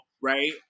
right